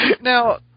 now